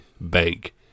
Bank